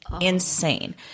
insane